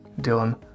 Dylan